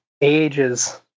ages